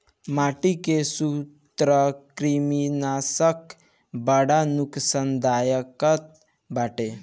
माटी के सूत्रकृमिनाशक बड़ा नुकसानदायक बाटे